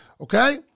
okay